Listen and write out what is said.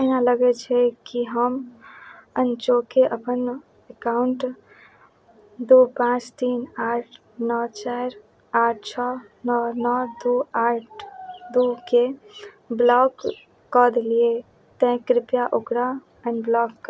एना लगय छै कि हम अनचोके अपन एकाउन्ट दो पाँच तीन आठ नओ चारि आठ छओ नओ नओ दू आठ दूके ब्लॉक कऽ देलियै तैं कृपया ओकरा अनब्लॉक